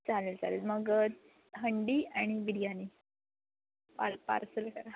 चालेल चालेल मग हंडी आणि बिर्याणी पार पार्सल करा